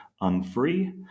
unfree